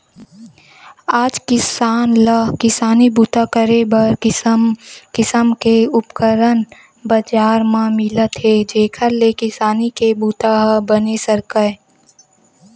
आज किसान ल किसानी बूता करे बर किसम किसम के उपकरन बजार म मिलत हे जेखर ले किसानी के बूता ह बने सरकय